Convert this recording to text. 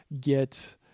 get